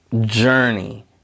journey